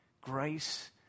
grace